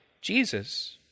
Jesus